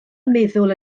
meddwl